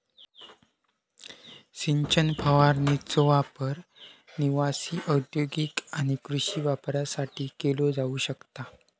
सिंचन फवारणीचो वापर निवासी, औद्योगिक आणि कृषी वापरासाठी केलो जाऊ शकता